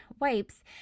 wipes